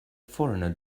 foreigner